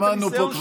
קצת סבלנות.